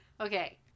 okay